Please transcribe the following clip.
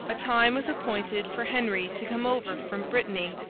a time was appointed for henry to come over from brittany,